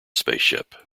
spaceship